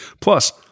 Plus